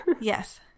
Yes